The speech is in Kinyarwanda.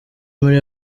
muri